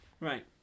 Right